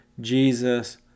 Jesus